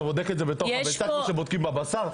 אתה בודק את זה בתוך הביצה כמו שבודקים בביצה?